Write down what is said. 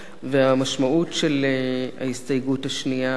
והמשמעות של ההסתייגות השנייה היא